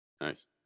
Nice